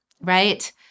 right